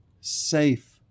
safe